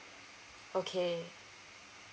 okay